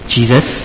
Jesus